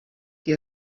qui